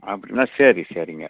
அப்படிங்களா சரி சரிங்க